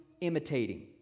imitating